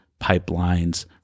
pipelines